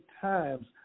times